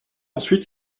ensuite